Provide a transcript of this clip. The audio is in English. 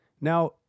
Now